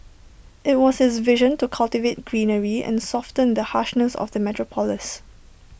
IT was his vision to cultivate greenery and soften the harshness of the metropolis